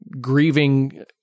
grieving